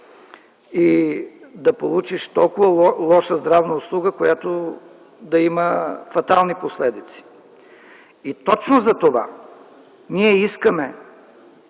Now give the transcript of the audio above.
и да получиш толкова лоша здравна услуга, която да има фатални последици. Точно затова ние искаме